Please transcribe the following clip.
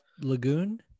lagoon